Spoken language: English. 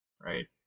Right